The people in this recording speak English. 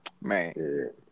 man